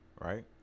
right